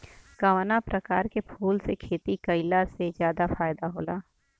कवना प्रकार के फूल के खेती कइला से ज्यादा फायदा होला?